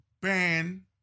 ban